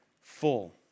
full